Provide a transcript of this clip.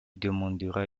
demandera